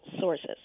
sources